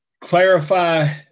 clarify